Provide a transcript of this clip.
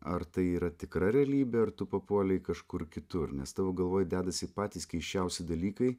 ar tai yra tikra realybė ar tu papuolei kažkur kitur nes tavo galvoj dedasi patys keisčiausi dalykai